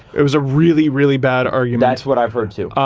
it was a really, really bad argument. that's what i've heard too.